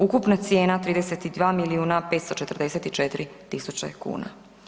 Ukupna cijena 32 milijuna 544 tisuće kuna.